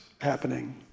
happening